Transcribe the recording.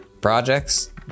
projects